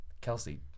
Kelsey –